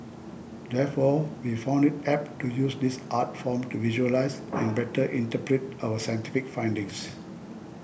therefore we found it apt to use this art form to visualise and better interpret our scientific findings